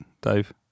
Dave